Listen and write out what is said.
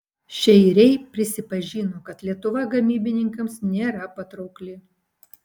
šeiriai prisipažino kad lietuva gamybininkams nėra patraukli